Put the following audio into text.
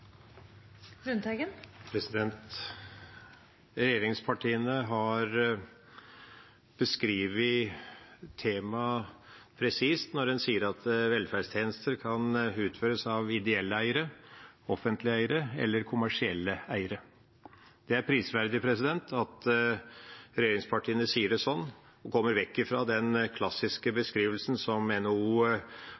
Regjeringspartiene har beskrevet temaet presist når de sier at velferdstjenester kan utføres av ideelle eiere, offentlige eiere eller kommersielle eiere. Det er prisverdig at regjeringspartiene sier det sånn og kommer vekk fra den klassiske